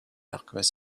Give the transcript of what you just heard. alchemist